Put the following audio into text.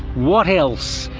what else?